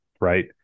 right